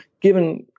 given –